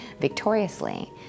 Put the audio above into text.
victoriously